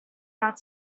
not